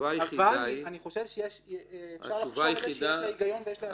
אבל אני חושב שאפשר לחשוב על זה שיש לה היגיון ויש לה הצדקה.